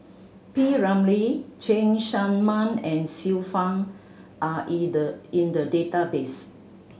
P Ramlee Cheng Tsang Man and Xiu Fang are the in the database